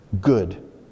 good